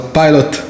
pilot